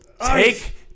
Take